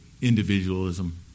individualism